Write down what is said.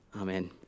Amen